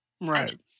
Right